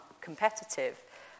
competitive